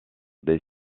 des